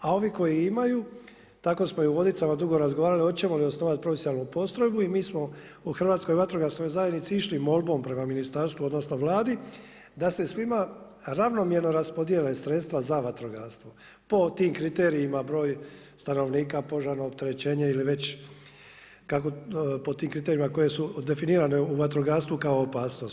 A ovi koji imaju tako smo i u Vodicama dugo razgovarali hoćemo li osnovati profesionalnu postrojbu i mi smo u Hrvatskoj vatrogasnoj zajednici išli molbom prema ministarstvu odnosno Vladi da se svima ravnomjerno rasporede sredstva za vatrogastvo po tim kriterijima broj stanovnika, požarno opterećenje ili kako već, po tim kriterijima koji su definirani u vatrogastvu kao opasnost.